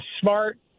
smart